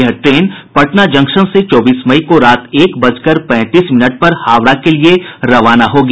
यह train Patna junction से चौबीस मई को रात एक बजकर पैंतीस मिनट पर हावड़ा के लिए रवाना होगी